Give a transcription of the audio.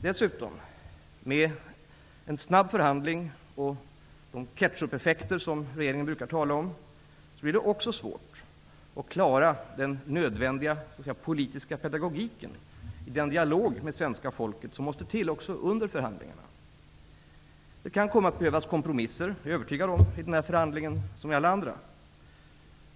Dessutom: Med en snabb förhandling och de ketchupeffekter som regeringen brukar tala om blir det svårt att klara den nödvändiga s.k. politiska pedagogiken i den dialog med svenska folket som måste till också under förhandlingarna. Det kan komma att behövas kompromisser, det är jag övertygad om, i den förhandlingen som i alla andra.